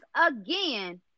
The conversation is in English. again